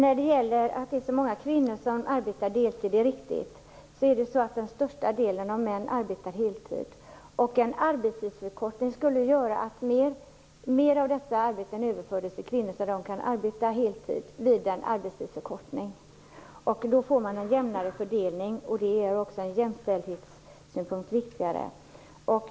Fru talman! Det är många kvinnor som arbetar deltid, det är riktigt, och de flesta män arbetar heltid. En arbetstidsförkortning skulle göra att mer av detta arbete överfördes till kvinnor så att de skulle kunna arbeta heltid. Då får man en jämnare fördelning, och det är också från jämställdhetssynpunkt viktigare.